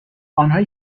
آنهایی